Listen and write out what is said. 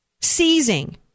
seizing